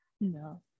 No